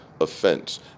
offense